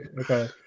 Okay